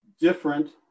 different